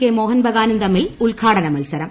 K മോഹൻ ബഗാനും തമ്മിൽ ഉദ്ഘാടന മത്സരം